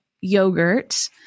yogurt